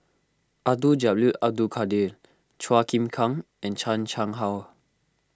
Abdul Jalil Abdul Kadir Chua Chim Kang and Chan Chang How